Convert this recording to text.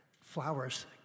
flowers